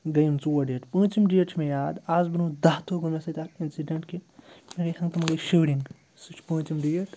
گٔے یِم ژور ڈیٹ پوٗنٛژِم ڈیٹ چھِ مےٚ یاد آز برٛونٛہہ دَہ دۄہ گوٚو مےٚ سۭتۍ اَکھ اِنسِڈٮ۪نٛٹ کہِ مےٚ گٔے ہنٛگتہٕ منٛگےَ شِورنٛگ سُہ چھِ پوٗنٛژِم ڈیٹ